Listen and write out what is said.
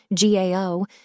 GAO